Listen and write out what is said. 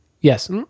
Yes